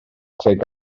tuag